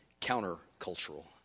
counter-cultural